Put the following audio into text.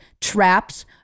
traps